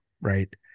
right